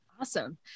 Awesome